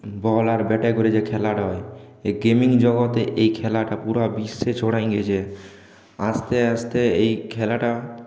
বল আর ব্যাটে করে যে খেলাটা হয় এই গেমিং জগতে এই খেলাটা পুরো বিশ্বে ছড়িয়ে গিয়েছে আস্তে আস্তে এই খেলাটা